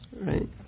Right